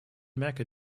merke